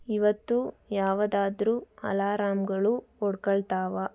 ಇವತ್ತು ಯಾವುದಾದ್ರೂ ಅಲಾರಾಮ್ಗಳು ಹೊಡ್ಕೊಳ್ತಾವಾ